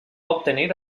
obtenir